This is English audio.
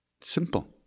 Simple